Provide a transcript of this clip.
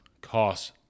cost